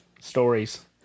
stories